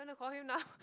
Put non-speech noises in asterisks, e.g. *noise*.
you want to call him now *laughs*